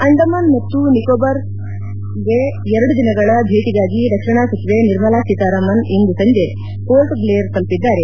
ಅಂಡಮಾನ್ ಮತ್ತು ನಿಕೋಬಾರ್ ಕಮಾಂಡ್ಗೆ ಎರಡು ದಿನಗಳ ಭೇಟಿಗಾಗಿ ರಕ್ಷಣಾ ಸಚಿವೆ ನಿರ್ಮಲಾ ಸೀತಾರಾಮನ್ ಇಂದು ಸಂಜೆ ಪೋರ್ಟ್ ಬ್ಲೇರ್ ತೆಲುಪಿದ್ದಾರೆ